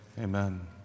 Amen